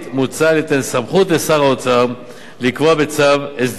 מוצע ליתן סמכות לשר האוצר לקבוע בצו הסדרים